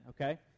okay